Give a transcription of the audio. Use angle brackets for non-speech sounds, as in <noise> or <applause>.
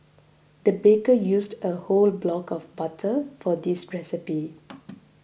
the baker used a whole block of butter for this recipe <noise>